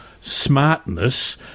smartness